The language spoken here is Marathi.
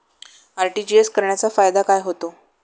आर.टी.जी.एस करण्याचा फायदा काय होतो?